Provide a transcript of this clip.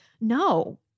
no